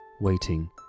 waiting